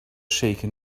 shaken